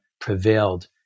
prevailed